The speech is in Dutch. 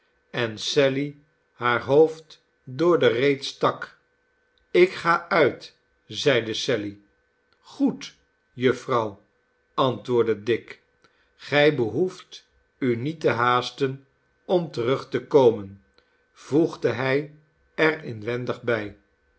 en sally haar hoofd door de reet stak ik ga uit zeide sally goed jufvrouw antwoordde dick gij behoeft u niet te haasten om terug te komen voegde hij er inwendig bij